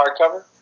hardcover